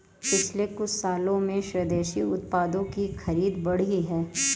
पिछले कुछ सालों में स्वदेशी उत्पादों की खरीद बढ़ी है